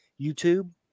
YouTube